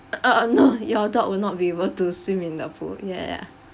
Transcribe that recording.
uh uh no your dog will not be able to swim in the pool ya ya